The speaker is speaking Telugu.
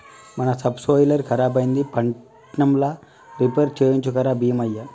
మన సబ్సోయిలర్ ఖరాబైంది పట్నంల రిపేర్ చేయించుక రా బీమయ్య